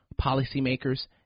Policymakers